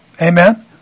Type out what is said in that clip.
Amen